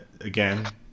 again